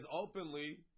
openly